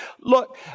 Look